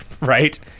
right